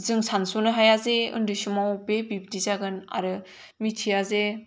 जों सानस'नो हाया जे उन्दै समाव बे बिदि जागोन आरो मिथिया जे